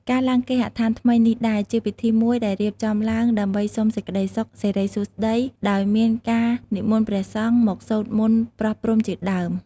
ការឡើងគេហដ្ឋានថ្មីនេះដែរ ជាពិធីមួយដែលរៀបចំឡើងដើម្បីសុំសេចក្ដីសុខ សេរីសួស្ដី ដោយមានការនិមន្តព្រះសង្ឃមកសូត្រមន្តប្រោះព្រំជាដើម។